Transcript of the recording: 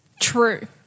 True